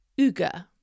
Uga